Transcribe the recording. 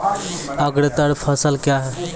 अग्रतर फसल क्या हैं?